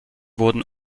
wurden